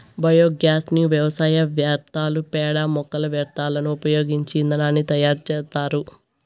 biogas ని వ్యవసాయ వ్యర్థాలు, పేడ, మొక్కల వ్యర్థాలను ఉపయోగించి ఇంధనాన్ని తయారు చేత్తారు